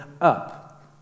up